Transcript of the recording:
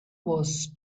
was